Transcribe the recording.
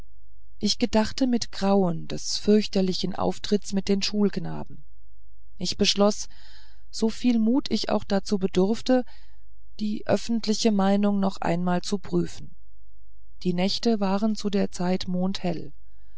ich gedachte mit grauen des fürchterlichen auftrittes mit den schulknaben ich beschloß so viel mut ich auch dazu bedurfte die öffentliche meinung noch einmal zu prüfen die nächte waren zu der zeit